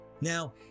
Now